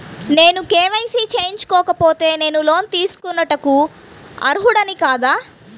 నేను కే.వై.సి చేయించుకోకపోతే నేను లోన్ తీసుకొనుటకు అర్హుడని కాదా?